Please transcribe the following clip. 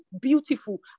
beautiful